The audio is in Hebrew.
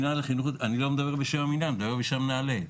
אני לא מדבר בשם המנהל, אני מדבר בשם נעל"ה.